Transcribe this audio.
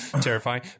terrifying